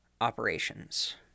Operations